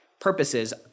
purposes